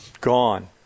Gone